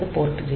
அது போர்ட் 0